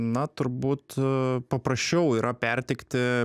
na turbūt paprasčiau yra perteikti